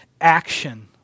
action